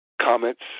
comments